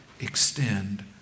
extend